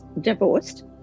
divorced